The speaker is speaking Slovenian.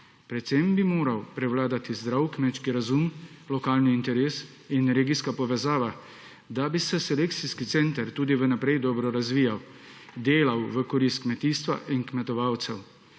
Predvsem bi morali prevladati zdrav kmečki razum, lokalni interes in regijska povezava, da bi se selekcijski center tudi vnaprej dobro razvijal, delal v korist kmetijstva in kmetovalcev.